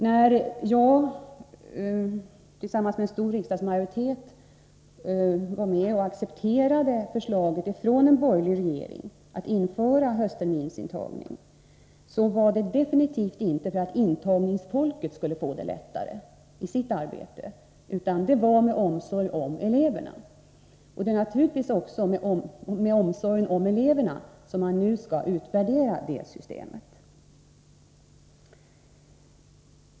När jag tillsammans med en stor riksdagsmajoritet var med om att acceptera förslaget från en borgerlig regering om att införa höstterminsintagning, så var det definitivt inte för att intagningsfolket skulle få det lättare i sitt arbete, utan det var av omsorg om eleverna. Det är naturligtvis också av omsorg om eleverna som man nu skall utvärdera det systemet.